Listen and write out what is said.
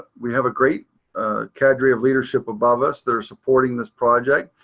we have a great cadre of leadership above us that are supporting this project.